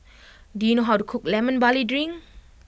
do you know how to cook Lemon Barley Drink